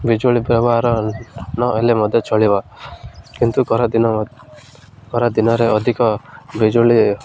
ବିଜୁଳି ବ୍ୟବହାର ନହେଲେ ମଧ୍ୟ ଚଳିବ କିନ୍ତୁ ଖରାଦିନ ଖରା ଦିନରେ ଅଧିକ ବିଜୁଳି